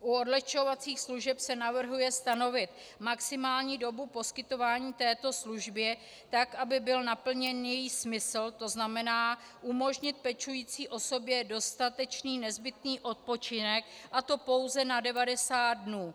U odlehčovacích služeb se navrhuje stanovit maximální dobu poskytování této služby tak, aby byl naplněn její smysl, to znamená umožnit pečující osobě dostatečný nezbytný odpočinek, a to pouze na 90 dnů.